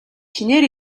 шинээр